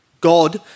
God